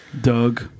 Doug